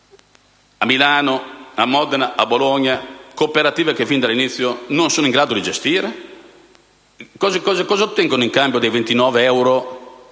a Milano, a Modena e a Bologna cooperative che, fin dall'inizio, non sono in grado di gestire strutture simili? Cosa ottengono in cambio dei 29 euro